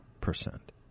percent